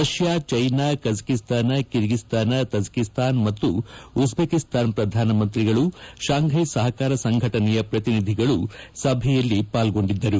Russia China Kazakhstan Kyrgyzstan Tajikistan ಮತ್ತು Uzbekistan ಪ್ರಧಾನಮಂತ್ರಿಗಳು Shanghai ಸಹಕಾರ ಸಂಘಟನೆಯ ಪ್ರತಿನಿಧಿಗಳು ಸಭೆಯಲ್ಲಿ ಪಾರ್ಗೊಂಡಿದ್ದರು